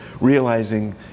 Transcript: realizing